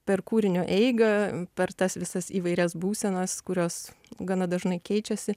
per kūrinio eigą per tas visas įvairias būsenas kurios gana dažnai keičiasi